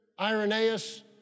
Irenaeus